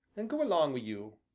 and go along wi' you!